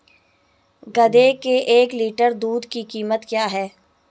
गधे के एक लीटर दूध की कीमत क्या है?